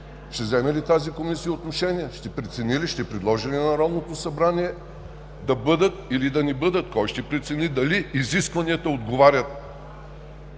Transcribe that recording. ще вземе ли тази комисия отношение, ще прецени ли, ще предложи ли на Народното събрание да бъдат или да не бъдат, кой ще прецени дали изискванията отговарят